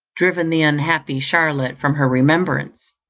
driven the unhappy charlotte from her remembrance?